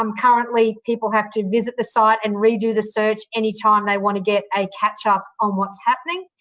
um currently people have to visit the site and re-do the search any time they want to get a catch-up on what's happening.